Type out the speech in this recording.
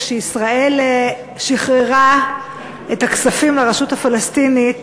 כשישראל שחררה את הכספים לרשות הפלסטינית,